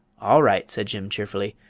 all right, said jim, cheerfully,